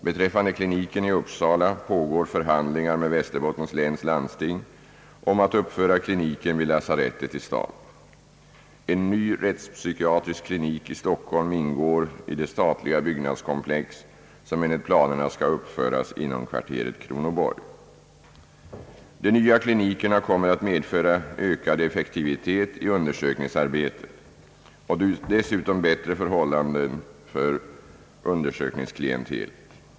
Beträffande kliniken i Umeå pågår förhandlingar med Västerbottens läns landsting om att uppföra kliniken vid lasarettet i staden. En ny rättspsykiatrisk klinik i Stockholm ingår i det statliga byggnadskomplex som enligt planerna skall uppföras inom kvarteret Kronoberg. De nya klinikerna kommer att medföra ökad effektivitet i undersökningsarbetet och dessutom bättre förhållanden för undersökningsklientelet.